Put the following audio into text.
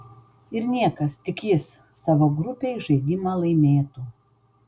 ir niekas tik jis savo grupėj žaidimą laimėtų